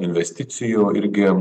investicijų irgi